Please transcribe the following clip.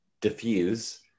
diffuse